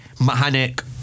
mechanic